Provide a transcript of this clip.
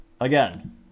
Again